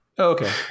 Okay